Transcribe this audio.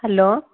hello